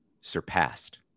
surpassed